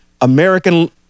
American